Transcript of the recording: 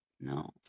No